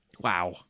wow